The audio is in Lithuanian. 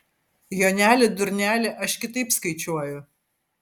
joneli durneli aš kitaip skaičiuoju